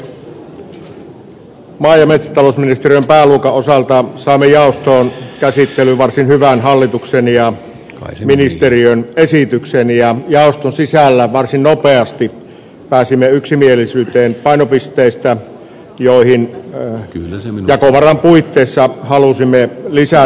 maa ja metsätalousministeriön pääluokan osalta saimme jaostoon käsittelyyn varsin hyvän hallituksen ja ministeriön esityksen ja jaoston sisällä varsin nopeasti pääsimme yksimielisyyteen painopisteistä joihin jakovaran puitteissa halusimme lisätä rahaa